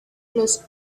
los